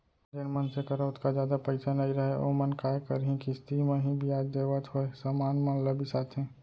जेन मनसे करा ओतका जादा पइसा नइ रहय ओमन काय करहीं किस्ती म ही बियाज देवत होय समान मन ल बिसाथें